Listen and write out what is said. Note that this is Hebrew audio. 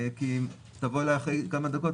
כי תבוא אליי אחרי כמה דקות,